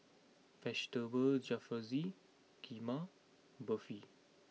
Vegetable Jalfrezi Kheema Barfi